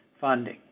funding